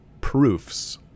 proofs